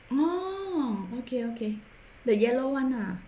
oh okay okay the yellow one ah